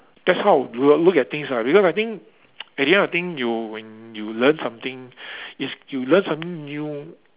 that's how we will look at things ah because I think at the end of thing you when you learn something it's you learn something new